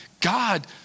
God